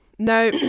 No